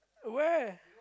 where